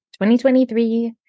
2023